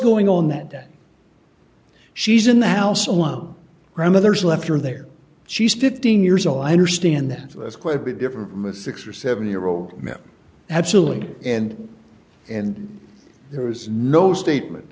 going on that she's in the house alone grandmothers left her there she's fifteen years old i understand that's quite a bit different from a six or seven year old male absolutely and and there was no statement